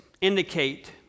indicate